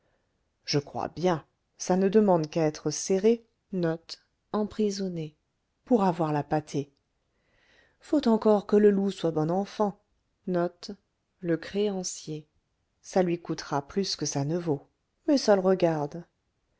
je crois bien ça ne demande qu'à être serré pour avoir la pâtée faut encore que le loup soit bon enfant ça lui coûtera plus que ça ne vaut mais ça le regarde